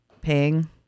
paying